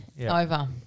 over